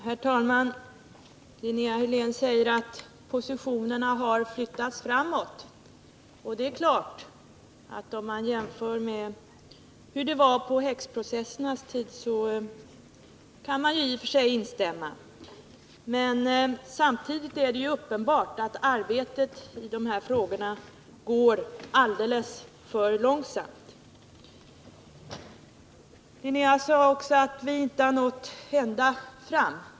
Herr talman! Linnea Hörlén säger att positionerna har flyttats framåt. Det är klart att man kan instämma i det påståendet om man jämför med hur det var under häxprocessernas tid. Men samtidigt är det uppenbart att arbetet i dessa frågor går alldeles för långsamt. Linnea Hörlén sade också att vi inte har nått ända fram.